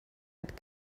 had